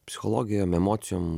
psichologijom emocijom